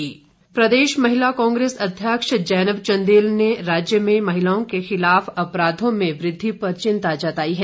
महिला कांग्रे स प्रदेश महिला कांग्रेस अध्यक्ष जैनब चंदेल ने राज्य में महिलाओं के खिलाफ अपराधों में वृद्धि पर चिंता जताई है